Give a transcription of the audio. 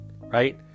right